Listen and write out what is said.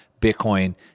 Bitcoin